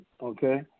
Okay